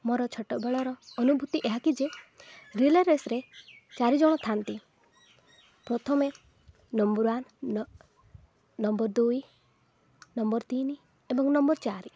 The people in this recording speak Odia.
ମୋର ଛୋଟବେଳର ଅନୁଭୂତି ଏହାକି ଯେ ରିଲେ ରେସ୍ରେ ଚାରି ଜଣ ଥାଆନ୍ତି ପ୍ରଥମେ ନମ୍ବର୍ ୱାନ୍ ନମ୍ବର୍ ଦୁଇ ନମ୍ବର୍ ତିନି ଏବଂ ନମ୍ବର୍ ଚାରି